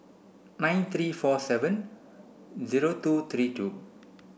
nine three four seven zero two three two